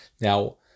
Now